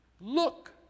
Look